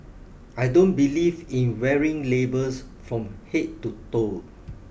I don't believe in wearing labels from head to toe